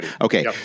Okay